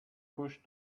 pushed